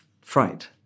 fright